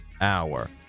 hour